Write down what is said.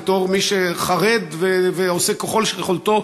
בתור מי שחרד ועושה ככל שביכולתו